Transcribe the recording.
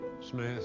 smith